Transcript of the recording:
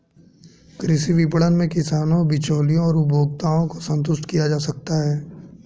कृषि विपणन में किसानों, बिचौलियों और उपभोक्ताओं को संतुष्ट किया जा सकता है